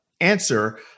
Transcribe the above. answer